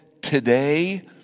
today